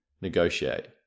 Negotiate